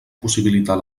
possibilitar